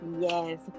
Yes